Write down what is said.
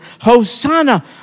Hosanna